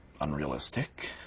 unrealistic